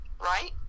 right